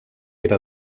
era